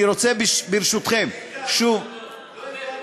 אני רוצה, ברשותכם, לא הבנתי